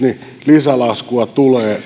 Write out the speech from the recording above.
lisälaskua tulee